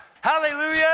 Hallelujah